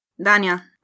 Dania